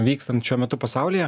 vykstant šiuo metu pasaulyje